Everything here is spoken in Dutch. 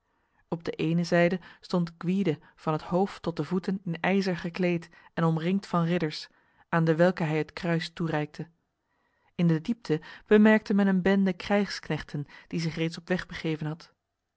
op de ene zijde stond gwyde van het hoofd tot de voeten in ijzer gekleed en omringd van ridders aan dewelke hij het kruis toereikte in de diepte bemerkte men een bende krijgsknechten die zich reeds op weg begeven had